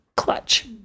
Clutch